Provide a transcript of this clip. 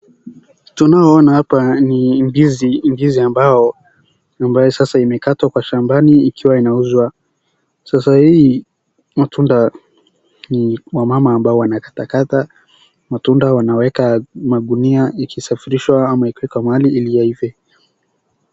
Tunaoa ona hapa ni ndizi, ndizi ambaye sasa imekatwa kwa shambani ikiwa inauzwa. Sasa hii matunda ni wamama ambao wanakatakata matunda wanaweka magunia ikisafirishwa ama ikiwekwa mahali ili yaive.